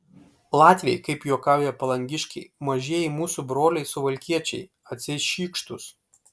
latviai kaip juokauja palangiškiai mažieji mūsų broliai suvalkiečiai atseit šykštūs